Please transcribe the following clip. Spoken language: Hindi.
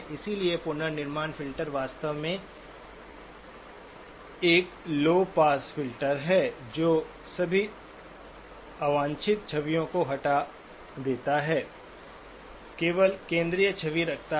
इसलिए पुनर्निर्माण फ़िल्टर वास्तव में एक लौ पास फिल्टर है जो सभी अवांछित छवियों को हटा देता है केवल केंद्रीय छवि रखता है